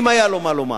אם היה לו מה לומר.